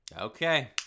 Okay